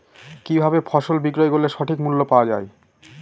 কি ভাবে ফসল বিক্রয় করলে সঠিক মূল্য পাওয়া য়ায়?